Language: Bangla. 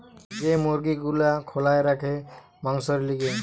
যে মুরগি গুলা খোলায় রাখে মাংসোর লিগে